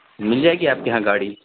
مل جائے گی آپ کے یہاں گاڑی